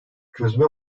çözüme